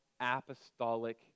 apostolic